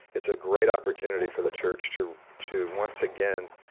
it's a great opportunity for the church to to once again